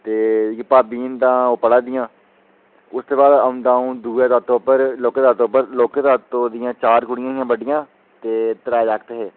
ते भाबी होर पढ़ा दियां उसदे बाद औंदा हून लौह्के तातो हुंदा टब्बर